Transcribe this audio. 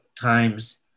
times